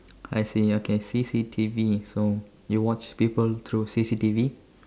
I see okay C_C_T_V so you watch people through C_C_T_V